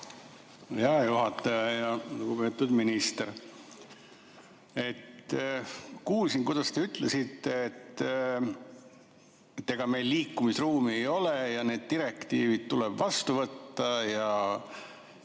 Hea juhataja ja lugupeetud minister! Kuulsin, kuidas te ütlesite, et ega meil liikumisruumi ei ole, need direktiivid tuleb vastu võtta, ja